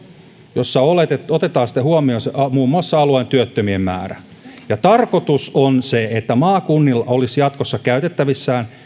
jossa otetaan sitten huomioon muun muassa alueen työttömien määrä tarkoitus on se että maakunnilla olisi jatkossa käytettävissään